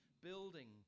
building